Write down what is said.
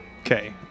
Okay